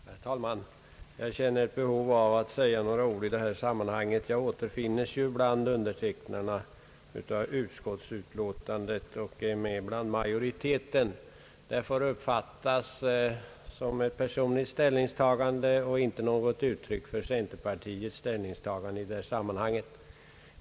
Herr talman! Jag känner ett behov av att säga några ord. Jag återfinns bland majoriteten i utskottsutlåtandet, och detta får uppfattas som ett personligt ställningstagande och inte något uttryck för centerpartiets mening i detta sammanhang.